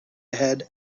ahead